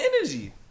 energy